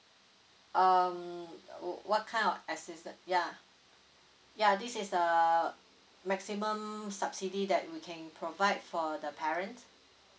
um what kind of assisted yeah yeah this is the maximum subsidy that we can provide for the parents